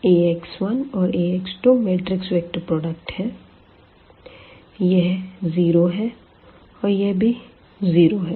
Ax1 और Ax2 matrix vector product है यह 0 है और यह भी 0 है